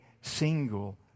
single